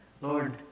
Lord